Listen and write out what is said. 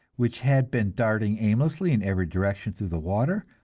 which had been darting aimlessly in every direction through the water,